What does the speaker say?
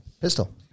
Pistol